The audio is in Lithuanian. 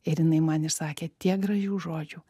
ir jinai man išsakė tiek gražių žodžių